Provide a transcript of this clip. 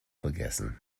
vergessen